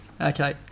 Okay